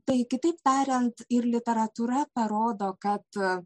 tai kitaip tariant ir literatūra parodo kad